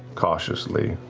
cautiously